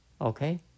Okay